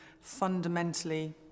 fundamentally